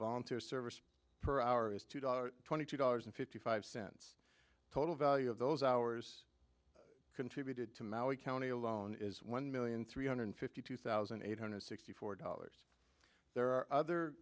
volunteer service per hour is two dollars twenty two dollars and fifty five cents total value of those hours contributed to maui county alone is one million three hundred fifty two thousand eight hundred sixty four dollars there are other